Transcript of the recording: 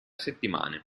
settimane